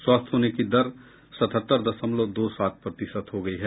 स्वस्थ होने की दर सतहत्तर दशमलव दो सात प्रतिशत हो गयी है